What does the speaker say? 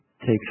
takes